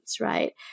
right